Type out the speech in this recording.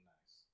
Nice